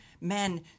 men